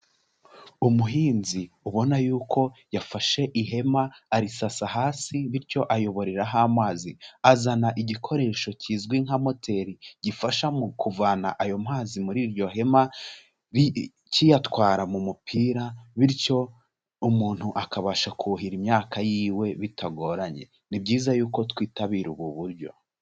Umuhinzi ubona yuko yafashe ihema arisasa hasi bityo ayoboreraho amazi, azana igikoresho kizwi nka moteri gifasha mu kuvana ayo mazi muri iryo hema kiyatwara mu mupira, bityo umuntu akabasha kuhira imyaka yiwe bitagoranye, ni byiza yuko twitabira ubu buryo.